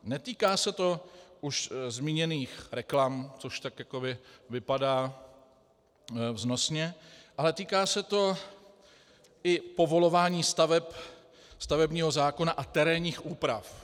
Netýká se to už zmíněných reklam, což tak jakoby vypadá vznosně, ale týká se to i povolování staveb, stavebního zákona a terénních úprav.